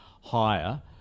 higher